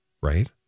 right